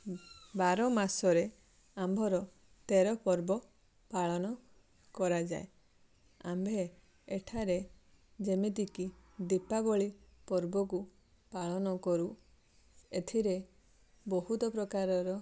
ବାର ମାସରେ ଆମ୍ଭର ତେର ପର୍ବ ପାଳନ କରାଯାଏ ଆମ୍ଭେ ଏଠାରେ ଯେମିତି କି ଦିପାବଳୀ ପର୍ବକୁ ପାଳନ କରୁ ଏଥିରେ ବହୁତ ପ୍ରକାରର